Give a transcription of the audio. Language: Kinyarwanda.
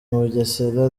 bugesera